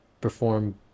perform